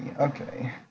Okay